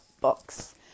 books